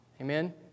Amen